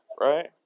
Right